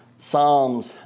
Psalms